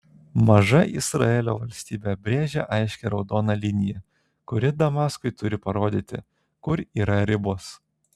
maža izraelio valstybė brėžia aiškią raudoną liniją kuri damaskui turi parodyti kur yra ribos